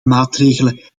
maatregelen